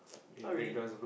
not really